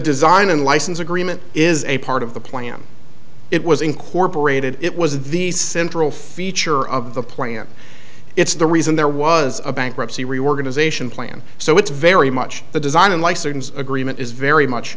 design and license agreement is a part of the plan it was incorporated it was the central feature of the plan it's the reason there was a bankruptcy reorganization plan so it's very much the design and license agreement is very much